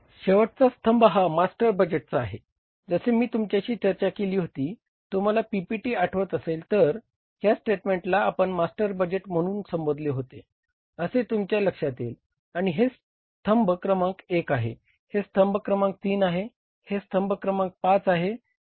शेवटचा स्तंभ हा मास्टर बजेटचा आहे जसे मी तुमच्याशी चर्चा केली होती तुम्हाला पीपीटी आठवत असेल तर ह्या स्टेटमेंटला आपण मास्टर बजेट म्हणून संबोधले होते असे तुमच्या लक्षात येईल आणि हे स्तंभ क्रमांक एक आहे हे स्तंभ क्रमांक तीन आहे हे स्तंभ क्रमांक पाच आहे